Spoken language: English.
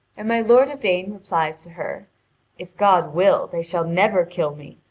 and my lord yvain replies to her if god will they shall never kill me,